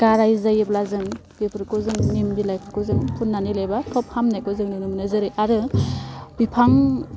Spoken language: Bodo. गाराय जायोब्ला जों बेफोरखौ जों निम बिलाइफोरखौ जों फुन्नानै लायोबा थाब हामनायखौ जों नुनो मोनो जेरै आरो बिफां